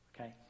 okay